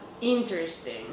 interesting